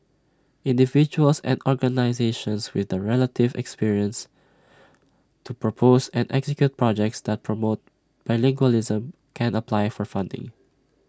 individuals and organisations with the relative experience to propose and execute projects that promote bilingualism can apply for funding